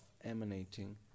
emanating